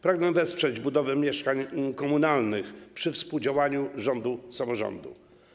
Pragnę wesprzeć budowę mieszkań komunalnych przy współdziałaniu rządu i samorządu.